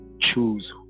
choose